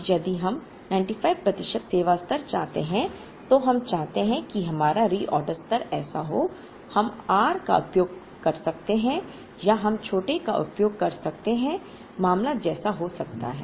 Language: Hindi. अब यदि हम 95 प्रतिशत सेवा स्तर चाहते हैं तो हम चाहते हैं कि हमारा रिऑर्डर स्तर ऐसा हो हम आर का उपयोग कर सकते हैं या हम छोटे का उपयोग कर सकते हैं मामला जैसा हो सकता है